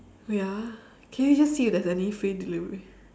oh ya ah can you just see if there's any free delivery